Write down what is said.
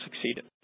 succeeded